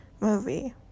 movie